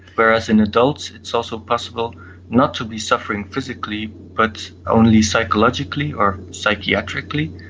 whereas in adults it's also possible not to be suffering physically but only psychologically or psychiatrically.